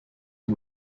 ich